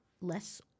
less